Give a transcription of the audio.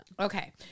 Okay